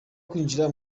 kwinjira